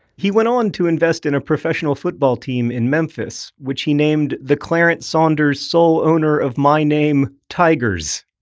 he went on to invest in a professional football team in memphis, which he named the clarence saunders sole owner of my name tigers.